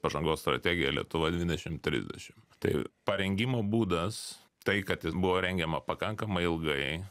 pažangos strategija lietuva dvidešim trisdešim tai parengimo būdas tai kad jis buvo rengiama pakankamai ilgai